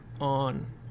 on